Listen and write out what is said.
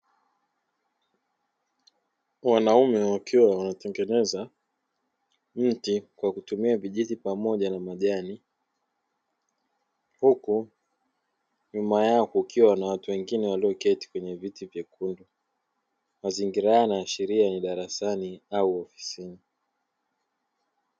Wanaume wakiwa wanatengeneza mti kwa kutumia vijiti pamoja na majani huku nyuma yao kukiwa na watu wengine walioketi kwenye viti vyekundu. Mazingira haya yanaashiria ni darasani au ofisini.